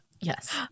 Yes